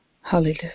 Hallelujah